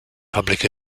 public